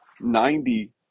ninety